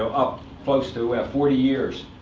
up close to forty years.